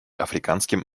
африканским